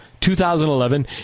2011